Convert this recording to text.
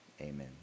Amen